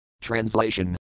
Translation